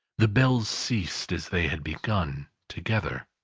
the bells ceased as they had begun, together.